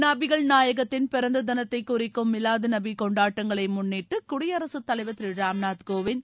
நபிகள் நாயகத்தின் பிறந்த தினத்தை குறிக்கும் மிலாது நபி கொண்டாட்டங்களை முன்னிட்டு குடியரசுத் தலைவர் திரு ராம்நாத் கோவிந்த்